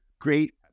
great